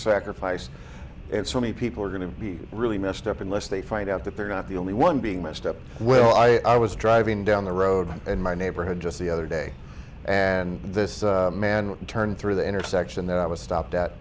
sacrifice and so many people are going to be really messed up unless they find out that they're not the only one being messed up well i was driving down the road in my neighborhood just the other day and this man turned through the intersection that i was stopped